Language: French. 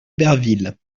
berville